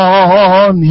on